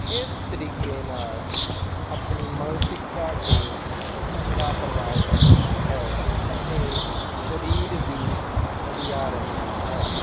ਇਸ ਤਰੀਕੇ ਨਾਲ ਆਪਣੀ ਮਾਨਸਿਕਤਾ 'ਤੇ ਚੰਗਾ ਪ੍ਰਭਾਵ ਪੈਂਦਾ ਹੈ ਅਤੇ ਸਰੀਰ ਵੀ ਵਧੀਆ ਰਹਿੰਦਾ ਹੈ